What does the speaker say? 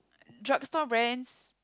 drugstore brands